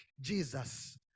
Jesus